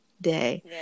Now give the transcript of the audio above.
day